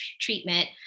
treatment